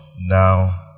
now